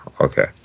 Okay